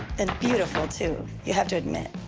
and beautiful, too. you have to admit.